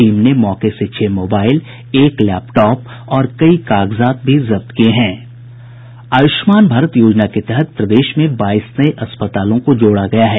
team ने मौके से छह मोबाईल एक लैपटाप और कई कागजात भी जब्त किये में हैं आयुष्मान भारत योजना के तहत प्रदेश में बाईस नये अस्पतालों को जोड़ा गया है